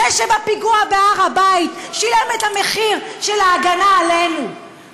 זה שבפיגוע בהר הבית שילם את המחיר של ההגנה עלינו,